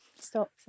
stop